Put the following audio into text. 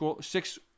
six